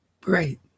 Great